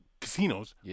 casinos